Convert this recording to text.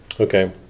Okay